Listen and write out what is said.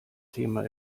thema